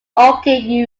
aoki